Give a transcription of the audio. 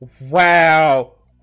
Wow